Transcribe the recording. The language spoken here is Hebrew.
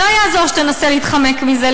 ולא יעזור שתנסה להתחמק מזה,